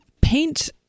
paint